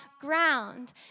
ground